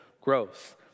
growth